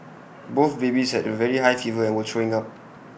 both babies had very high fever and were throwing up